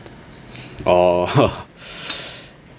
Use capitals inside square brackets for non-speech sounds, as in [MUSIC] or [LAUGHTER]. orh [LAUGHS] [NOISE]